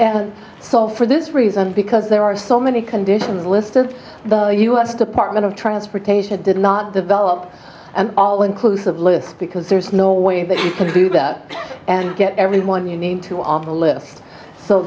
well for this reason because there are so many conditions list as the u s department of transportation did not develop an all inclusive list because there's no way that you can do that and get everyone you need to on the list so